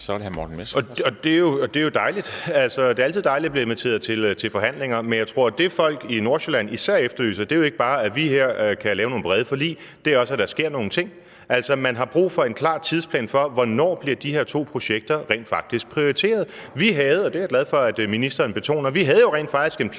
Morten Messerschmidt (DF): Det er jo dejligt. Det er altid dejligt at blive inviteret til forhandlinger, men jeg tror, at det, folk i Nordsjælland især efterlyser, jo ikke bare er, at vi her kan lave nogle brede forlig, men også, at der sker nogle ting. Altså, man har brug for en klar tidsplan for, hvornår de her to projekter rent faktisk bliver prioriteret. Vi havde jo rent faktisk – og det er jeg glad for at ministeren betoner – en plan,